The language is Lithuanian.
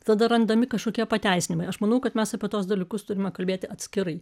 tada randami kažkokie pateisinimai aš manau kad mes apie tuos dalykus turime kalbėti atskirai